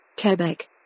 Quebec